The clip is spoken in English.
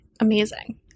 Amazing